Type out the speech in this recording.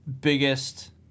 biggest